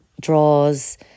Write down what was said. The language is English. draws